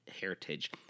heritage